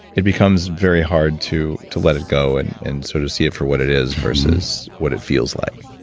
it becomes very hard to to let it go and and sort of see it for what it is versus what it feels like